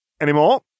anymore